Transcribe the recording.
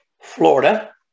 Florida